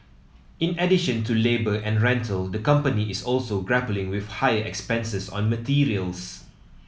in addition to labour and rental the company is also grappling with higher expenses on materials